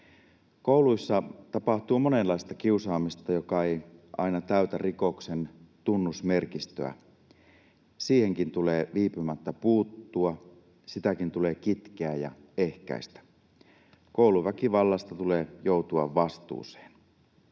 Kouluissa tapahtuu monenlaista kiusaamista, joka ei aina täytä rikoksen tunnusmerkistöä. Siihenkin tulee viipymättä puuttua, sitäkin tulee kitkeä ja ehkäistä. Kouluväkivallasta tulee joutua vastuuseen.